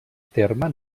terme